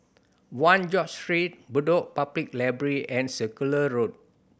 One George Street Bedok Public Library and Circular Road